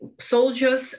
soldiers